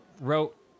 wrote